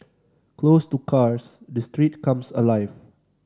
closed to cars the streets come alive